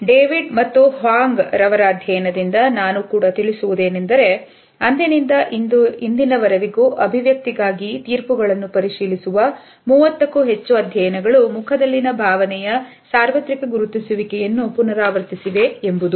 David ಮತ್ತು ಮತ್ತು ಮತ್ತು ಭಾಂಗವರ್ ಅಧ್ಯಯನದಿಂದ ನಾನು ಕೂಡ ಉಳಿಸುವುದೆಂದರೆ ಅಂದಿನಿಂದ ಇಂದಿನವರೆವಿಗೂ ಅಭಿವ್ಯಕ್ತಿಗಾಗಿ ತೀರ್ಪುಗಳನ್ನು ಪರಿಶೀಲಿಸುವ ಮೂವತ್ತಕ್ಕೂ ಹೆಚ್ಚು ಅಧ್ಯಯನಗಳು ಮುಖದಲ್ಲಿನ ಭಾವನೆಯ ಸಾರ್ವತ್ರಿಕ ಗುರುತಿಸುವಿಕಯನ್ನು ಪುನರಾವರ್ತಿಸಿವೆ ಎಂಬುದು